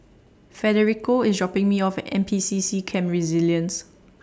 Federico IS dropping Me off At N P C C Camp Resilience